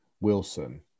Wilson